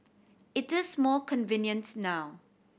it is more convenient now